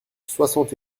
soixante